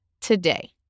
today